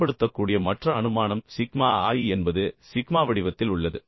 பயன்படுத்தக்கூடிய மற்ற அனுமானம் சிக்மா i என்பது சிக்மா வடிவத்தில் உள்ளது